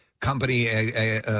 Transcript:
company